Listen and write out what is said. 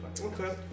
Okay